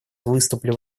выступлю